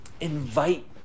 Invite